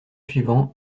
suivant